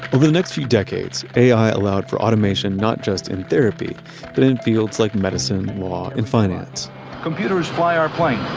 the next few decades, ai allowed for automation, not just in therapy but in fields like medicine, law and finance computers fly our planes.